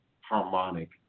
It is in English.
harmonic